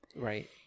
Right